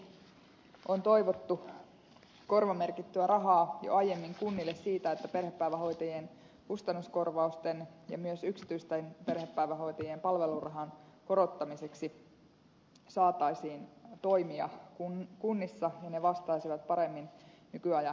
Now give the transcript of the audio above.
erityisesti on toivottu korvamerkittyä rahaa jo aiemmin kunnille siitä että perhepäivähoitajien kustannuskorvausten ja myös yksityisten perhepäivähoitajien palvelurahan korottamiseksi saataisiin toimia jotta kunnissa ne vastaisivat paremmin nykyajan hintatasoa